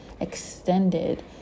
extended